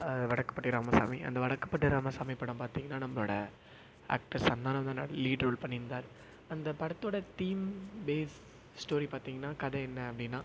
வடக்குப்பட்டி ராமசாமி அந்த வடக்குப்பட்டி ராமசாமி படம் பார்த்தீங்கனா நம்மளோட ஆக்டர் சந்தானம் தான் ந லீட் ரோல் பண்ணிருந்தார் அந்த படத்தோட தீம் பேஸ் ஸ்டோரி பார்த்தீங்கனா கதை என்ன அப்படின்னா